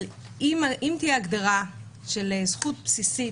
אבל אם תהיה הגדרה של זכות בסיסית,